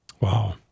Wow